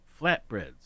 flatbreads